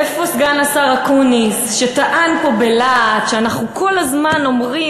איפה סגן השר אקוניס שטען פה בלהט שאנחנו כל הזמן אומרים